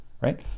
right